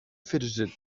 fidgeted